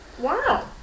Wow